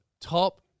top